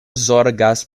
zorgas